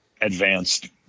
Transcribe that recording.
advanced